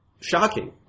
Shocking